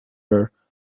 were